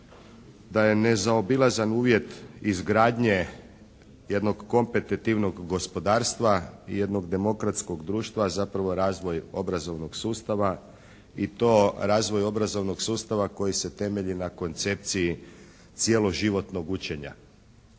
da je nezaobilazan uvjet izgradnje jednog kompetetivnog gospodarstva i jednog demokratskog društva zapravo razvoj obrazovnog sustava i to razvoj obrazovnog sustava koji se temelji na koncepciji cjeloživotnog učenja.